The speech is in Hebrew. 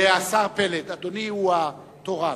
השר פלד, אדוני הוא התורן.